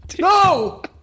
No